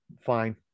fine